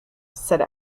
said